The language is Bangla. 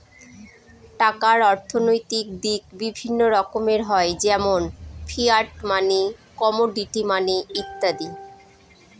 টাকার অর্থনৈতিক দিক বিভিন্ন রকমের হয় যেমন ফিয়াট মানি, কমোডিটি মানি ইত্যাদি